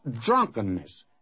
drunkenness